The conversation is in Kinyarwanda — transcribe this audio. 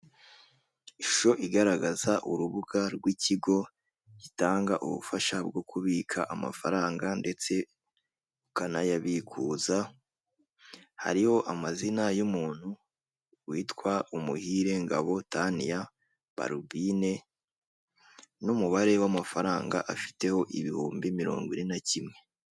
Ishusho igaragaza urubuga rw'ikigo gitanga ubufasha bwo kubika amafaranga ndetse ukanayabikuza hariho amazina y'umuntu witwa Umuhire Ngabo Tania Balbibe n'umubare w'amafaranga afiteho , ibihumbi mirongo ine na kimwe.